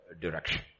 direction